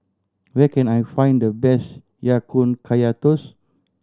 where can I find the best Ya Kun Kaya Toast